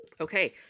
Okay